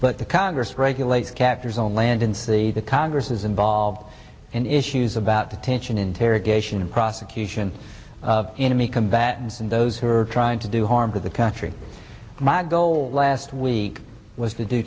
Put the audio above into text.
but the congress regulates captures on land and the the congress is involved in issues about detention interrogation and prosecution of enemy combatants and those who are trying to do harm to the country my goal last week was to do